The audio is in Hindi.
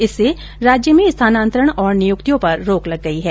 इससे राज्य में स्थानान्तरण और नियुक्तियों पर रोक लग गई है